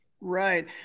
Right